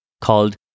called